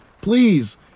Please